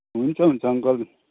हुन्छ हुन्छ अङ्कल